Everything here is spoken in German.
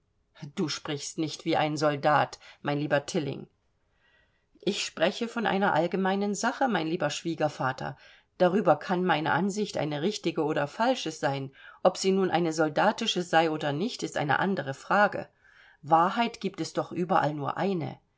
du sprichst nicht wie ein soldat mein lieber tilling ich spreche von einer allgemeinen sache mein lieber schwiegervater darüber kann meine ansicht eine richtige oder falsche sein ob sie nun eine soldatische sei oder nicht ist eine andere frage wahrheit gibt es doch überall nur eine